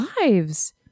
lives